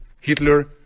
Hitler